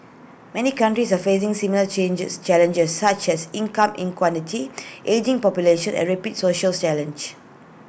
many countries are facing similar changes challenges such as income inequality ageing population and rapid social challenge